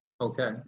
Okay